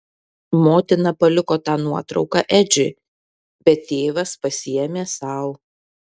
motina paliko tą nuotrauką edžiui bet tėvas pasiėmė sau